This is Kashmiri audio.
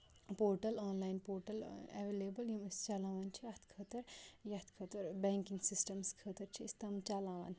portal online portal available یِم أسۍ چلاوان چھِ اَتھ خٲطرٕ یَتھ خٲطرٕ بینٛکنگ سِسٹَمَس خٲطرٕ چھِ أسۍ تِم چلاوان